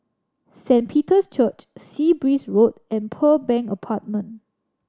Saint Peter's Church Sea Breeze Road and Pearl Bank Apartment